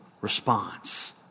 response